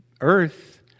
earth